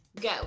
go